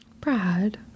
Brad